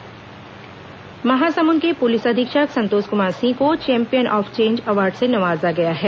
SP सम्मानित महासमुंद के police अधीक्षक संतोष कुमार सिंह को चैंपियन ऑफ चेंज अवॉर्ड से नवाजा गया है